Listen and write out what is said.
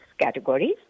categories